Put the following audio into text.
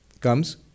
comes